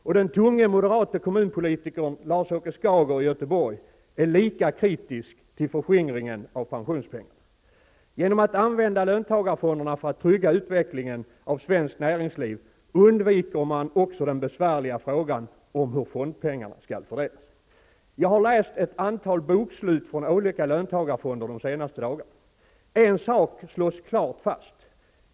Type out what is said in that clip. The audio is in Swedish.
Och den tunge moderaten kommunalpolitikern Lars-Åke Skager i Göteborg är lika kritisk till förskingringen av pensionspengarna: ''Genom att använda löntagarfonderna för att trygga utvecklingen av svenskt näringsliv undviker man också den besvärliga frågan om hur fondpengarna skall fördelas.'' Jag har de senaste dagarna läst ett antal bokslut från olika löntagarfonder. En sak slås klart fast.